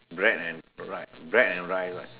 bread and right bread and rice right